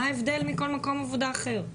מה ההבדל מכל מקום עבודה אחר?